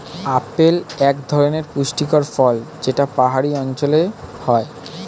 apple এক ধরনের পুষ্টিকর ফল যেটা পাহাড়ি অঞ্চলে হয়